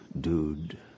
dude